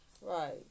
Right